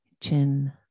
chin